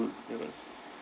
it was